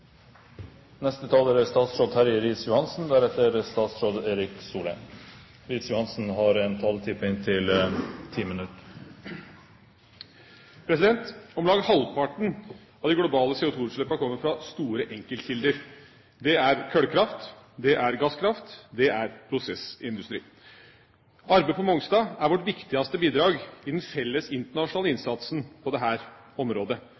Om lag halvparten av de globale CO2-utslippene kommer fra store enkeltkilder. Det er kullkraft. Det er gasskraft. Det er prosessindustri. Arbeidet på Mongstad er vårt viktigste bidrag i den felles internasjonale innsatsen på dette området,